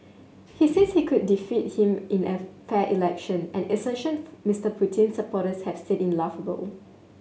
he says he could defeat him in a fair election an assertion Mister Putin's supporters have said in laughable